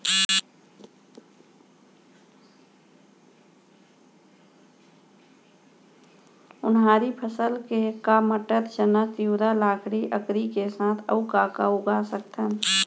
उनहारी फसल मा मटर, चना, तिंवरा, लाखड़ी, अंकरी के साथ अऊ का का उगा सकथन?